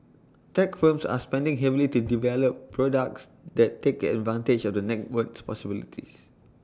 tech firms are spending heavily to develop products that take advantage of the network's possibilities